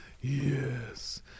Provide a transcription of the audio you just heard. Yes